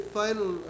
final